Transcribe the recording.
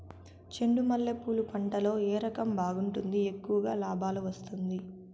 చెండు మల్లె పూలు పంట లో ఏ రకం బాగుంటుంది, ఎక్కువగా లాభాలు వస్తుంది?